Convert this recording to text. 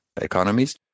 economies